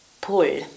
pull